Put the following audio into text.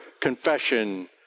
confession